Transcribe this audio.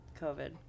COVID